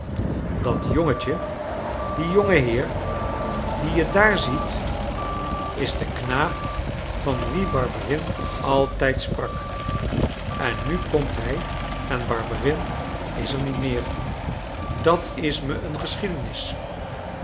dat jongetje die jongenheer dien je daar ziet is de knaap van wien barberin altijd sprak en nu komt hij en barberin is er niet meer dat is me een geschiedenis